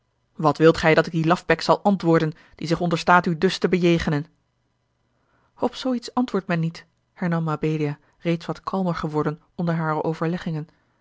wat wilt gij dat ik dien lafbek zal antwoordden die zich onderstaat u dus te bejegenen op zoo iets antwoordt men niet hernam mabelia reeds wat kalmer geworden onder hare